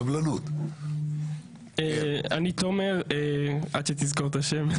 אני תומר, עד שתזכור את השם,